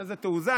אז היא אמרה: